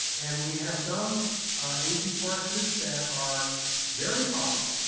and we have some ap courses that are very popular,